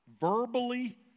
verbally